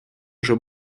уже